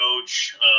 coach